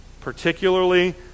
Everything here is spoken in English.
particularly